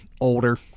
older